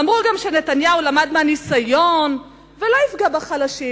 אמרו גם שנתניהו למד מהניסיון ולא יפגע בחלשים.